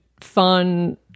fun